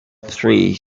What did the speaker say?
three